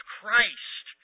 Christ